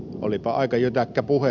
olipa aika jytäkkä puhe